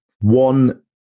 One